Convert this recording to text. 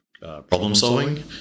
problem-solving